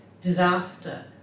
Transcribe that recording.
disaster